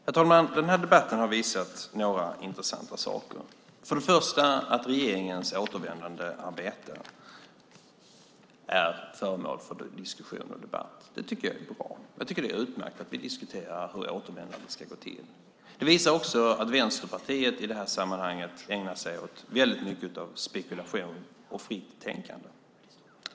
Herr talman! Debatten har visat några intressanta saker. För det första visar den att regeringens återvändandearbete är föremål för diskussion och debatt. Det tycker jag är bra. Jag tycker att det är utmärkt att vi diskuterar hur återvändandet ska gå till. För det andra visar den att Vänsterpartiet i det här sammanhanget ägnar sig åt mycket av spekulation och fritt tänkande.